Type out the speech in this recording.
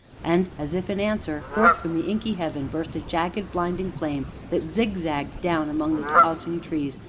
and, as if in answer, forth from the inky heaven burst a jagged, blinding flame, that zigzagged down among the tossing trees,